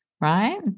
right